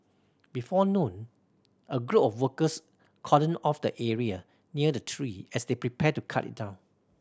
before noon a group of workers cordoned off the area near the tree as they prepared to cut it down